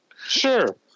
Sure